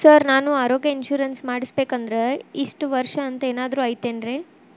Sir ನಾನು ಆರೋಗ್ಯ insurance ಮಾಡಿಸ್ಬೇಕಂದ್ರೆ ಇಷ್ಟ ವರ್ಷ ಅಂಥ ಏನಾದ್ರು ಐತೇನ್ರೇ?